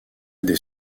des